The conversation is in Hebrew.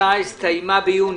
הסתיימה ביוני.